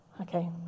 Okay